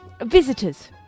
Visitors